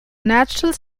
natural